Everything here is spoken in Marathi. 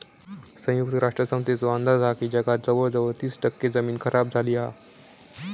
संयुक्त राष्ट्र संस्थेचो अंदाज हा की जगात जवळजवळ तीस टक्के जमीन खराब झाली हा